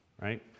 right